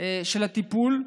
של הטיפול.